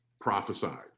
prophesied